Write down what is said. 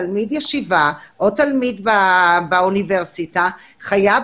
תלמיד ישיבה או תלמיד באוניברסיטה חייב